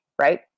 right